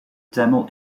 tamil